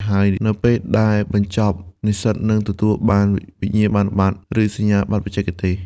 ហើយនៅពេលដែលបញ្ចប់ និស្សិតនឹងទទួលបាន វិញ្ញាបនបត្រ ឬ សញ្ញាបត្របច្ចេកទេស។